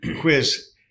quiz